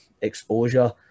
exposure